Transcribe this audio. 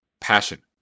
Passion